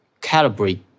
calibrate